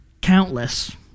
countless